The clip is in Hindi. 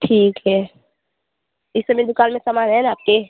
ठीक है इस समय दुकान में सामान है ना आपके